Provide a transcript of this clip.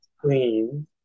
clean